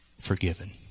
forgiven